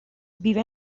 vive